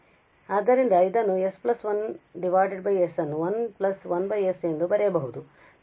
ಆದ್ದರಿಂದ ಇದನ್ನು s1s ಅನ್ನು 1 1 s ಎಂದು ಬರೆಯಬಹುದು ಮತ್ತು ನಂತರ ನಾವು ಈ ಲ್ಯಾಪ್ಲೇಸ್ ವಿಲೋಮವನ್ನು ಅನ್ವಯಿಸಬಹುದು